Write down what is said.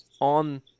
on